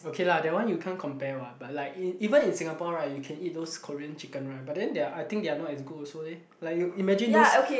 okay lah that one you can't compare what but like in even in Singapore right you can eat those Korean chicken right but then they're I think they are not as good also leh like you imagine those